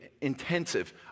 intensive